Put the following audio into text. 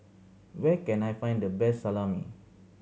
where can I find the best Salami